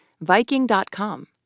viking.com